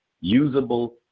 usable